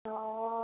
অঁ